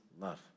love